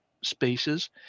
spaces